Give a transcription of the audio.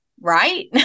right